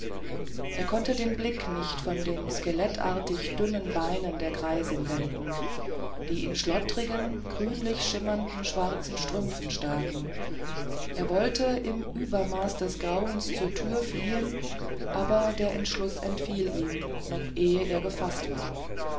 er konnte den blick nicht von den skelettartigen dürren beinen der greisin wenden die in schlottrigen grünlich schimmernden schwarzen strümpfen staken er wollte im übermaß des grausens zur tür fliehen aber der entschluß entfiel ihm noch ehe er gefaßt war